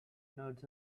nerds